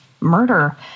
murder